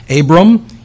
Abram